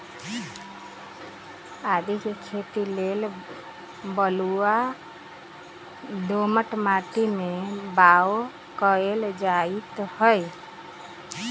आदीके खेती लेल बलूआ दोमट माटी में बाओ कएल जाइत हई